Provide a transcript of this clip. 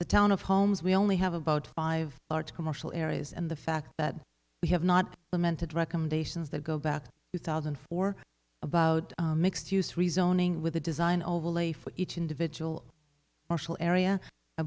the town of homes we only have about five large commercial areas and the fact that we have not lamented recommendations that go back two thousand and four about mixed use rezoning with a design overlay for each individual partial area i